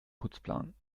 putzplan